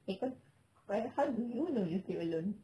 eh kau how do you know you sleep alone